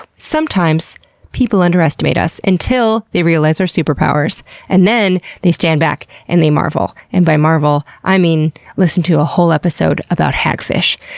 sometimes people underestimate us until they realize our superpowers and then they stand back and they marvel, and by marvel, i mean listen to a whole episode about hagfish.